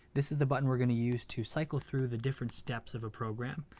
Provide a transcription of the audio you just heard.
this is the button we're gonna use to cycle through the different steps of a program.